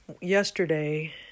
yesterday